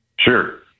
Sure